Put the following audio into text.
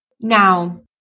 Now